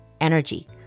energy